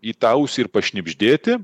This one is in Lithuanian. į tą ausį ir pašnibždėti